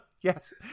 Yes